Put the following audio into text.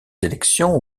élections